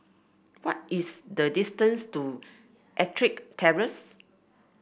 what is the distance to EttricK Terrace